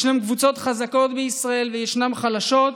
ישנן קבוצות חזקות בישראל וישנן חלשות,